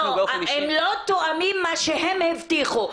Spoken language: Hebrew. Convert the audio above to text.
הם לא תואמים את מה שהם הבטיחו.